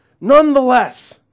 nonetheless